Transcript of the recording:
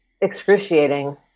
excruciating